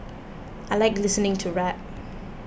I like listening to rap